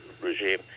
regime